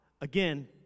again